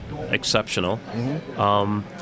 exceptional